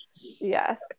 yes